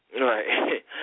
Right